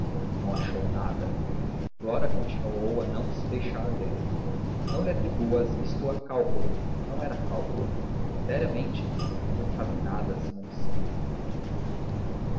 não achou nada flora continuou a não se deixar ler não lhe atribuas isto a cálculo não era cálculo seriamente não pensava em nada acima de si